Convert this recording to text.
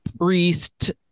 priest